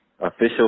official